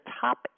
top